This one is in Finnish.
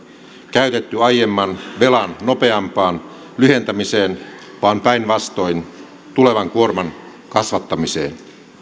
käytetty aiemman velan nopeampaan lyhentämiseen vaan päinvastoin tulevan kuorman kasvattamiseen